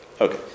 Okay